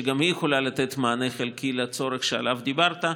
שגם היא יכולה לתת מענה חלקי לצורך שעליו דיברת,